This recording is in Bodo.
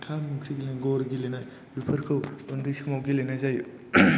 गर गेलेनाय बेफोरखौ उन्दै समाव गेलेनाय जायो